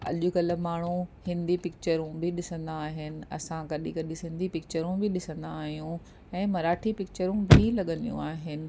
अॼुकल्ह माण्हू हिंदी पिकिचरूं बि ॾिसंदा आहिनि असां कॾहिं कॾहिं सिंधी पिकिचरूं बि ॾिसंदा आहियूं ऐं मराठी पिकिचरूं बि लॻंदियूं आहिनि